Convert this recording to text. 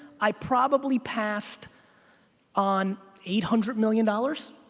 i probably passed on eight hundred million dollars?